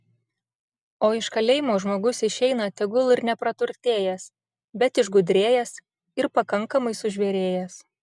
o iš kalėjimo žmogus išeina tegul ir nepraturtėjęs bet išgudrėjęs ir pakankamai sužvėrėjęs